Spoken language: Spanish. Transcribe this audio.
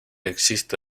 existe